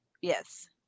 Yes